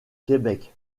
québec